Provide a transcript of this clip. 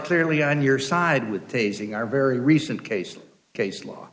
clearly on your side with tasing are very recent case of case law